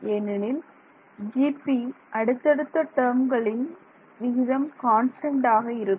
ஏனெனில் GP அடுத்தடுத்த டேர்ம்களின் விகிதம் கான்ஸ்டன்ட் ஆக இருக்கும்